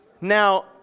Now